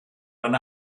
eine